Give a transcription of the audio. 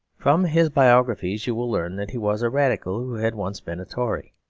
from his biographies you will learn that he was a radical who had once been a tory.